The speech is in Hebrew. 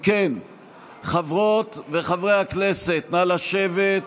חברות וחברי הכנסת, נא לשבת.